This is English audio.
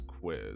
quiz